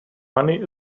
money